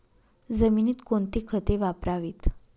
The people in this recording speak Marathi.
जमिनीत कोणती खते वापरावीत?